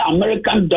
American